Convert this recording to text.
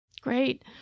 Great